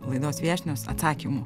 laidos viešnios atsakymų